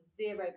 zero